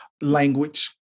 Language